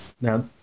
Now